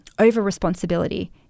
over-responsibility